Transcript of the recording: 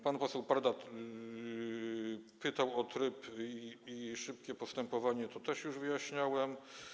Pan poseł Parda pytał o tryb i szybkie postępowanie, to też już wyjaśniałem.